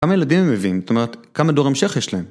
‫כמה ילדים הם מביאים? ‫זאת אומרת, כמה דור המשך יש להם?